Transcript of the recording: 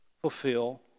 Fulfill